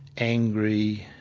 angry,